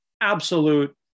absolute